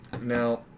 Now